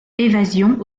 évasion